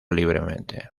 libremente